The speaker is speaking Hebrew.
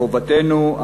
מחובתנו,